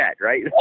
right